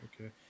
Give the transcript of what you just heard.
okay